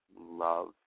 love